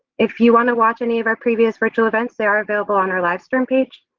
if you wanna watch any of our previous virtual events they are available on our livestream page.